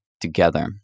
together